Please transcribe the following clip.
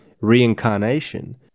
reincarnation